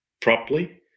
properly